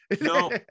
no